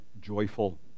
joyful